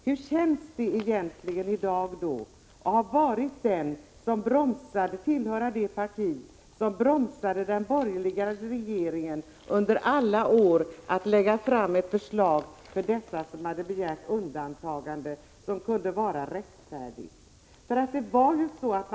Hur känns det egentligen i dag att tillhöra det parti som under de borgerliga regeringsåren hela tiden bromsade regeringen när det gällde att lägga fram ett förslag som kunde vara rättfärdigt och som gällde dem som hade begärt undantagande från ATP?